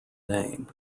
name